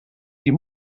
die